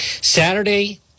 Saturday